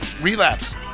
relapse